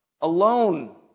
alone